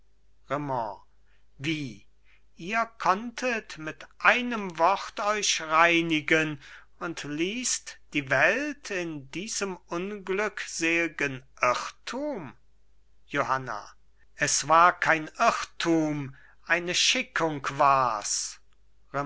wie ihr konntet mit einem wort euch reinigen und ließt die welt in diesem unglückselgen irrtum johanna es war kein irrtum eine schickung wars